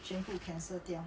same